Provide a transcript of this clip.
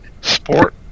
sport